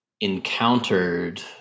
encountered